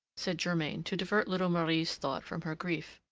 said germain to divert little marie's thoughts from her grief.